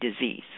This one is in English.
disease